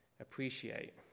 appreciate